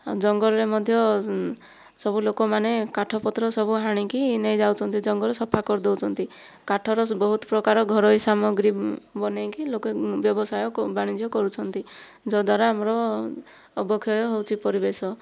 ଜଙ୍ଗଲରେ ମଧ୍ୟ ସବୁ ଲୋକମାନେ କାଠ ପତ୍ର ସବୁ ହାଣିକି ନେଇଯାଉଛନ୍ତି ଜଙ୍ଗଲରୁ ସଫା କରିଦେଉଛନ୍ତି କାଠର ବହୁତ ପ୍ରକାର ଘରୋଇ ସାମଗ୍ରୀ ବନେଇକି ଲୋକ ବ୍ୟବସାୟ ବାଣିଜ୍ୟ କରୁଛନ୍ତି ଯଦ୍ଦ୍ୱାରା ଆମର ଅବକ୍ଷୟ ହେଉଛି ପରିବେଶ